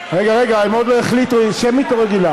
רגע, רגע, הם עוד לא החליטו אם שמית או רגילה.